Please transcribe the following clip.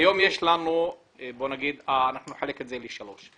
--- נחלק את זה לשלוש.